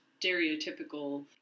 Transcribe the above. stereotypical